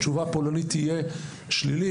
התשובה הפולנית תהיה שלילית,